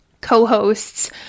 co-hosts